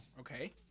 Okay